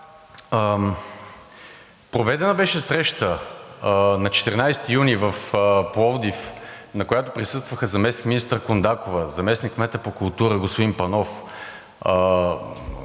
Проведена беше среща на 14 юни в Пловдив, на която присъстваха заместник-министър Кондакова, заместник-кметът по култура господин Панов,